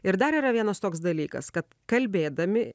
ir dar yra vienas toks dalykas kad kalbėdami